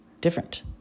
different